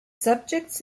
subjects